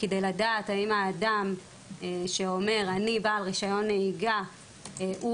כדי לדעת האם האדם שאומר: אני בעל רישיון הנהיגה הוא